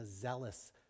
zealous